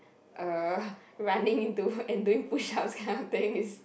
uh running into and doing push ups kind of things is